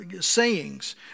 sayings